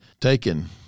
taken